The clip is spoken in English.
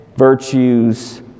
Virtues